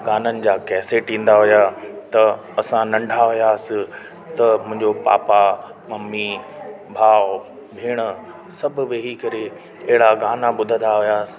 गाननि जा कैसट ईंदा हुया त असां नंढा हुयासि त मुंहिंजो पापा ममी भाव भेण सभु वेही करे अहिड़ा गाना ॿुधंदा हुआसीं